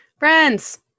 Friends